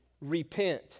Repent